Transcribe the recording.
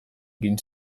egin